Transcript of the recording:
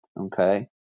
okay